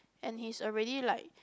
and he's already like